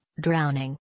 drowning